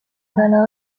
berenar